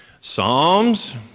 Psalms